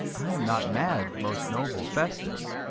i am not mad, most noble festus